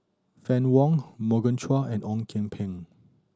Fann Wong Morgan Chua and Ong Kian Peng